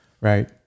Right